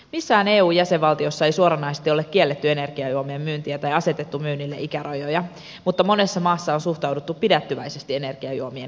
missään eu jäsenvaltiossa ei suoranaisesti ole kielletty energiajuomien myyntiä tai asetettu myynnille ikärajoja mutta monessa maassa on suhtauduttu pidättyväisesti energiajuomien käyttöön ja markkinointiin